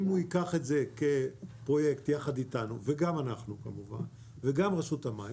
אם הוא ייקח את זה כפרויקט יחד איתנו וגם אנחנו וגם רשות המים,